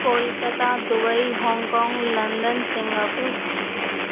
Kolkata Dubai hong kong London Singapore